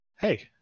hey